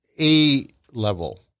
A-level